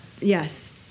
yes